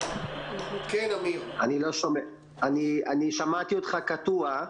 שמעתי אותך קטוע,